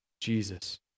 Jesus